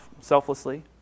selflessly